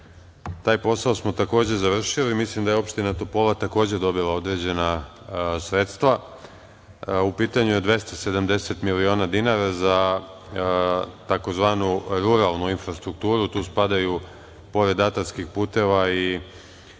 taj posao smo, takođe, završili. Mislim da je opština Topola, takođe, dobila određena sredstva. U pitanju je 270 miliona dinara za tzv. ruralnu infrastrukturu. Tu spadaju, pored atarskih puteva, i